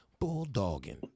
bulldogging